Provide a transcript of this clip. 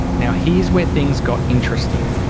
now, here's where things got interesting.